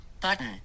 button